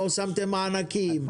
לא שמתם מענקים,